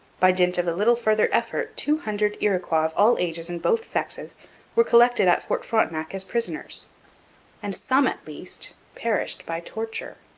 by dint of a little further effort two hundred iroquois of all ages and both sexes were collected at fort frontenac as prisoners and some at least perished by torture.